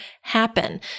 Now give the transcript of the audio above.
happen